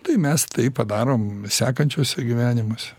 tai mes tai padarom sekančiuose gyvenimuose